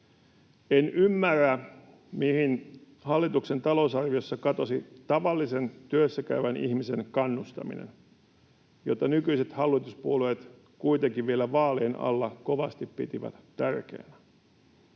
En ymmärrä, mihin hallituksen talousarviossa katosi tavallisen työssä käyvän ihmisen kannustaminen, jota nykyiset hallituspuolueet kuitenkin vielä vaalien alla kovasti pitivät tärkeänä.